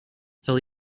fill